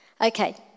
Okay